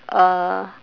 uh